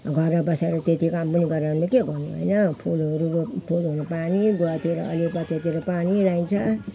घरमा बसेर त्यति काम पनि गरेन भने के गर्नु होइन फुलहरू अब फुलहरूमा पानी गुवातिर हरियो पाततिर पानी लगाइन्छ